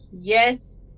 Yes